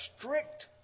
strict